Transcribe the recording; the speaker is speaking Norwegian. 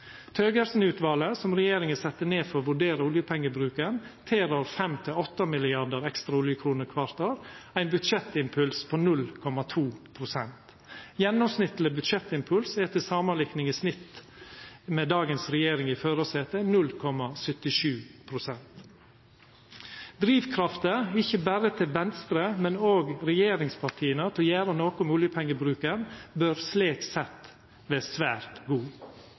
år, ein budsjettimpuls på 0,2 pst. Gjennomsnittleg budsjettimpuls er til samanlikning i snitt 0,77 pst. med dagens regjering i førarsetet. Drivkrafta ikkje berre til Venstre, men òg regjeringspartia til å gjera noko med oljepengebruken bør slik sett vera svært god.